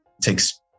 takes